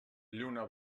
lluna